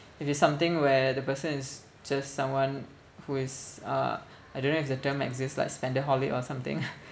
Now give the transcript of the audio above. if it's something where the person is just someone who is uh I don't know if the term exists like spendaholic or something